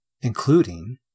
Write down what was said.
including